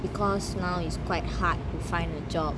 because now is quite hard to find a job